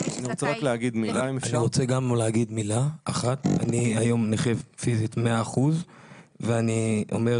אני היום נכה פיזית 100 אחוזים ואני לא